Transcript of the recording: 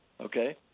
okay